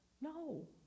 No